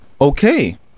okay